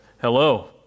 Hello